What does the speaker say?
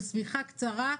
השמיכה קצרה,